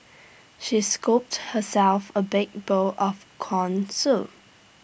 she scooped herself A big bowl of Corn Soup